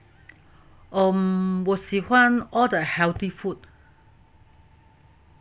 um 我喜欢 all the healthy food